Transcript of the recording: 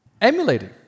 emulating